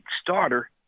starter